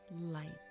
light